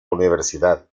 universidad